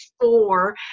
four